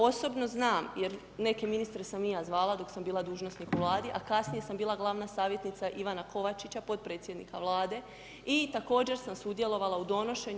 Osobno znam, jer neke ministre sam i ja zvala, dok sam bila dužnosnik u Vladi, a kasnije sam bila glavna savjetnica Ivana Kovačića, podpredsjednika Vlade i također sam sudjelovala u donošenju.